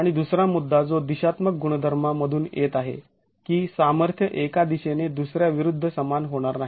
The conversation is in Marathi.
आणि दुसरा मुद्दा जो दिशात्मक गुणधर्मा मधून येत आहे की सामर्थ्य एका दिशेने दुसऱ्या विरुद्ध समान होणार नाही